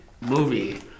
movie